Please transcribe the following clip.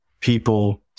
people